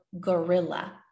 gorilla